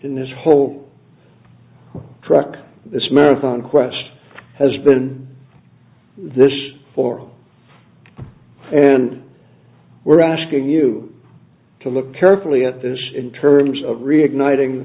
in this whole track this marathon quest has been this for and we're asking you to look carefully at this in terms of reigniting